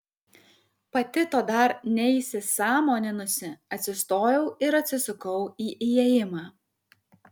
pati to dar neįsisąmoninusi atsistojau ir atsisukau į įėjimą